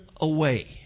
away